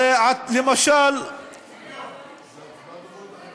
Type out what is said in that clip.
למשל שירות לכולם, שיהיה שירות לכולם.